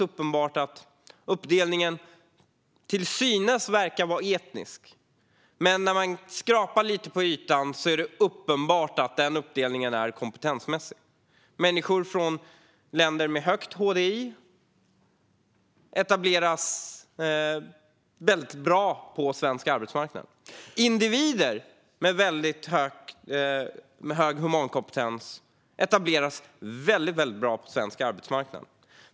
Uppdelningen verkar vara etnisk, men när man skrapar lite på ytan är det uppenbart att den är kompetensmässig. Människor från länder med högt HDI etableras bra på svensk arbetsmarknad. Individer med hög humankompetens etableras väldigt bra på svensk arbetsmarknad.